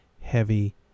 heavy